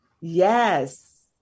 yes